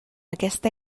aquesta